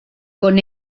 con